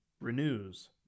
Renews